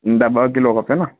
नंढा ॿ किलो खपे न